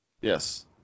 Yes